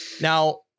Now